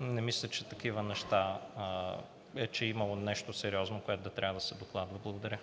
не мисля, че е имало нещо сериозно, което трябва да се докладва. Благодаря.